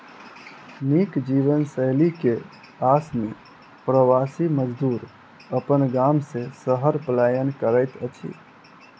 नीक जीवनशैली के आस में प्रवासी मजदूर अपन गाम से शहर पलायन करैत अछि